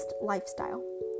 lifestyle